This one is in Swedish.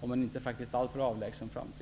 om en inte alltför avlägsen framtid att stå utan väljare och medlemmar.